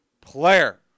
player